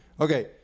Okay